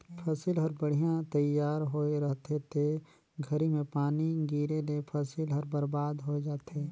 फसिल हर बड़िहा तइयार होए रहथे ते घरी में पानी गिरे ले फसिल हर बरबाद होय जाथे